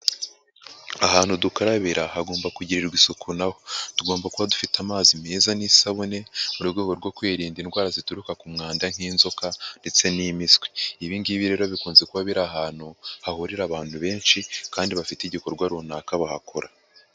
Ahantu dukarabira hagomba kugirirwa isuku naho, tugomba kuba dufite amazi meza n'isabune mu rwego rwo kwirinda indwara zituruka ku mwanda nk'inzoka ndetse n'impiswi, ibi ngibi rero bikunze kuba biri ahantu hahurira abantu benshi kandi bafite igikorwa runaka bahakora.